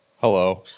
Hello